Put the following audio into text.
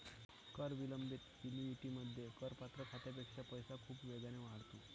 कर विलंबित ऍन्युइटीमध्ये, करपात्र खात्यापेक्षा पैसा खूप वेगाने वाढतो